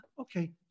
Okay